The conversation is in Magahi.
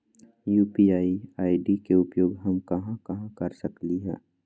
यू.पी.आई आई.डी के उपयोग हम कहां कहां कर सकली ह?